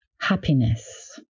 happiness